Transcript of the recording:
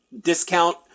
discount